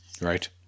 right